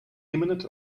imminent